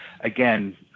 again